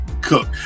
cook